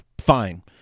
fine